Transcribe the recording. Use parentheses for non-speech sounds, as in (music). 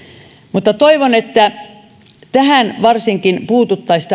mutta toivon että tähän varsinkin puututtaisiin (unintelligible)